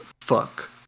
fuck